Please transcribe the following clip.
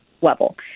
level